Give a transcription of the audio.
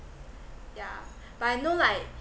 yeah but I know like